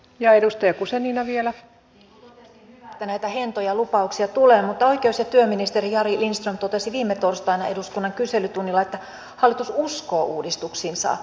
niin kuin totesin hyvä että näitä hentoja lupauksia tulee mutta oikeus ja työministeri jari lindström totesi viime torstaina eduskunnan kyselytunnilla että hallitus uskoo uudistuksiinsa